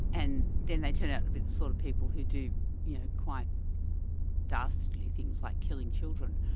and then they turn out to be the sort of people who do yeah quite dastardly things, like killing children.